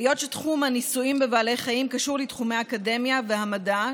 היות שתחום הניסויים בבעלי חיים קשור לתחומי האקדמיה והמדע,